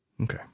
okay